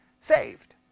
saved